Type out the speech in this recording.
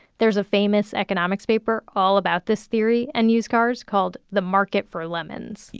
there's a famous economics paper all about this theory and used cars called the market for lemons.